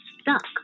stuck